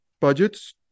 budgets